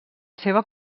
seva